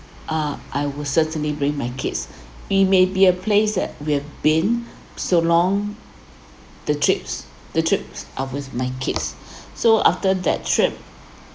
uh I would certainly bring my kids it may be a place that we have been so long the trips the trips are with my kids so after that trip